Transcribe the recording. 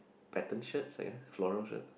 pattern shirt I guess flora shirt